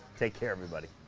take care everybody.